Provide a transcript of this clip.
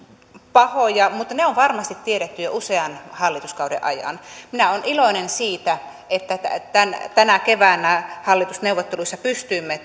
pahoja mutta ne on varmasti tiedetty jo usean hallituskauden ajan minä olen iloinen siitä että tänä keväänä hallitusneuvotteluissa pystyimme